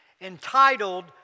entitled